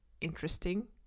interesting